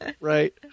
Right